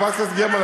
חברת הכנסת גרמן,